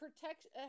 protection